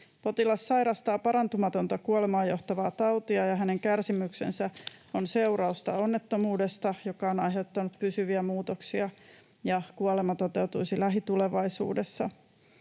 Potilas sairastaa parantumatonta kuolemaan johtavaa tautia, ja hänen kärsimyksensä on seurausta onnettomuudesta, joka on aiheuttanut pysyviä muutoksia, ja kuolema toteutuisi lähitulevaisuudessa.